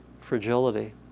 fragility